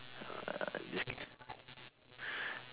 this